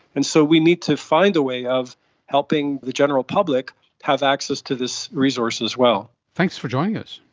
and so we need to find a way of helping the general public have access to this resource as well. thanks for joining us.